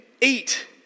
eat